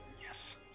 Yes